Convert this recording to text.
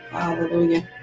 Hallelujah